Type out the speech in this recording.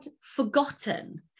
forgotten